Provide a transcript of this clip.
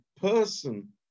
person